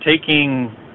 taking